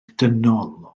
dynol